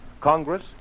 Congress